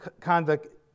conduct